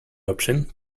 option